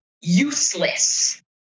useless